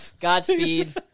Godspeed